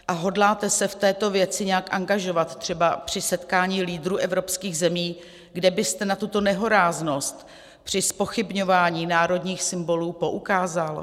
A hodláte se v této věci nějak angažovat třeba při setkání lídrů evropských zemí, kde byste na tuto nehoráznost při zpochybňování národních symbolů poukázal?